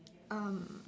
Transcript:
um